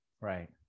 right